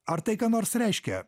ar tai ką nors reiškia